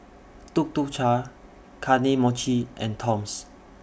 Tuk Tuk Cha Kane Mochi and Toms